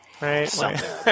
Right